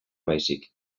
baizik